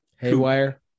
Haywire